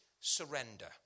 surrender